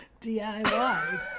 diy